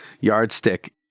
yardstick